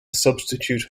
substitute